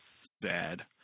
sad